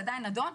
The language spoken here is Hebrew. זה עדיין נדון,